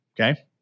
okay